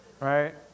right